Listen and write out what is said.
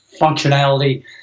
functionality